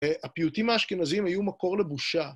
הפיוטים האשכנזיים היו מקור לבושה.